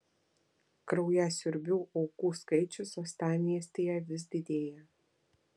kraujasiurbių aukų skaičius uostamiestyje vis didėja